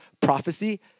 prophecy